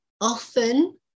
Often